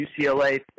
UCLA